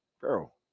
girl